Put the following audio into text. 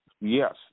Yes